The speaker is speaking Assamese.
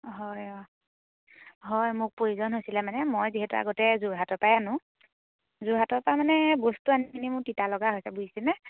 হয় অঁ হয় মোক প্ৰয়োজন হৈছিলে মানে মই যিহেতু আগতে যোৰহাটৰপৰাই আনো যোৰহাটৰপৰা মানে বস্তু আনি পিনি মোৰ তিতা লগা হৈছে বুজিছেনে